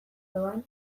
doan